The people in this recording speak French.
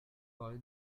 parlé